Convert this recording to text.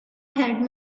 had